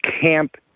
camp